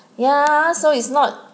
ya so it's not